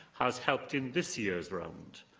has helped in this year's round,